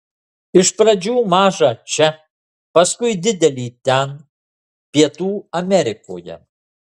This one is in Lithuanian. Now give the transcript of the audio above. iš pradžių mažą čia paskui didelį ten pietų amerikoje